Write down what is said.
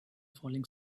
falling